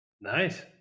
nice